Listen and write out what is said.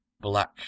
black